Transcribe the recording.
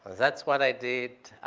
that's what i did.